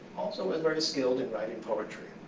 also was very skilled in writing poetry.